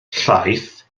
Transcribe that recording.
llaeth